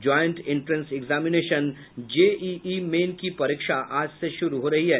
joint entrance examination JEE main की परीक्षा आज से शुरू हो रही है